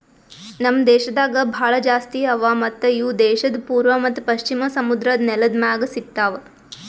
ನಮ್ ದೇಶದಾಗ್ ಭಾಳ ಜಾಸ್ತಿ ಅವಾ ಮತ್ತ ಇವು ದೇಶದ್ ಪೂರ್ವ ಮತ್ತ ಪಶ್ಚಿಮ ಸಮುದ್ರದ್ ನೆಲದ್ ಮ್ಯಾಗ್ ಸಿಗತಾವ್